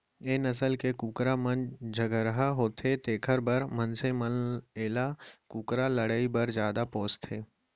ए नसल के कुकरा मन झगरहा होथे तेकर बर मनसे मन एला कुकरा लड़ई बर जादा पोसथें